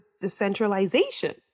decentralization